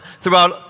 throughout